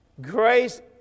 Grace